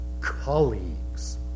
colleagues